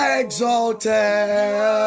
exalted